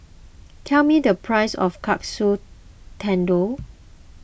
tell me the price of Katsu Tendon